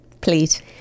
please